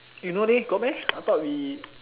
you no need go meh I thought we